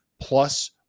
plus